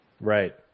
Right